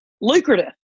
lucrative